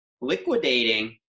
liquidating